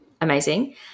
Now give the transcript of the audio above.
amazing